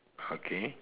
okay